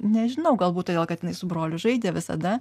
nežinau galbūt todėl kad jinai su broliu žaidė visada